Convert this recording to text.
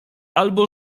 albo